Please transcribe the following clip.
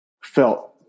felt